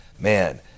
man